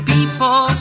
People